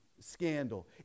scandal